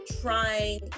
trying